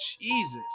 Jesus